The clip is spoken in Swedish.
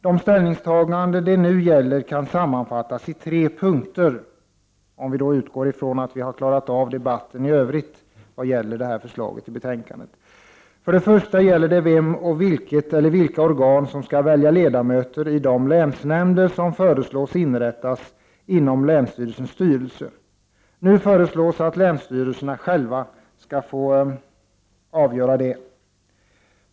De ställningstaganden det nu gäller kan sammanfattas i tre punkter — om vi utgår från att vi klarat debatten i övrigt. För det första gäller det vem och vilket eller vilka organ som skall välja ledamöter i de länsnämnder som föreslås bli inrättade inom länsstyrelsens styrelse. Nu föreslås att länsstyrelserna själva skall få göra det.